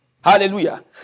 Hallelujah